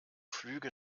flüge